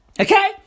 Okay